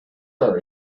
power